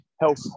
Health